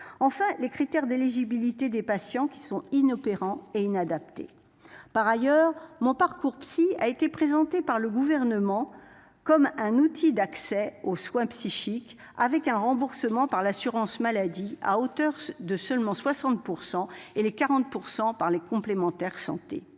Enfin les critères d'éligibilité des patients qui sont inopérant et inadapté par ailleurs mon parcours psy a été présenté par le gouvernement comme un outil d'accès aux soins psychiques, avec un remboursement par l'assurance maladie à hauteur de seulement 60% et les 40% par les complémentaires santé.